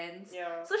ya